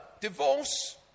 divorce